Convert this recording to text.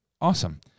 awesome